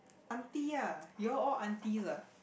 auntie ah you all all auntie what